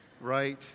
right